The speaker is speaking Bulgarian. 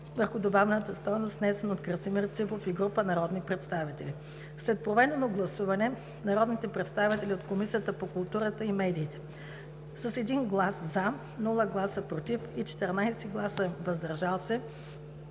върху добавената стойност, внесен от Красимир Ципов и група народни представители. След проведено гласуване народните представители от Комисията по културата и медиите с 1 глас „за“, без „против“ и 14 гласа „въздържал се“